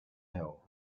hill